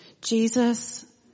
jesus